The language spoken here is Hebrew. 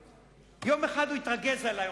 יום אחד הוא התרגז עלי,